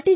T